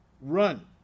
Run